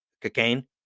cocaine